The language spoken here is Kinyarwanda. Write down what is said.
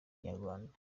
inyarwanda